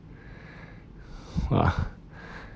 !wah!